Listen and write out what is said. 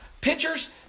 pitchers